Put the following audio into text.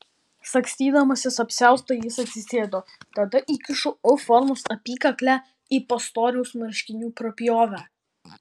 sagstydamasis apsiaustą jis atsisėdo tada įkišo u formos apykaklę į pastoriaus marškinių prapjovę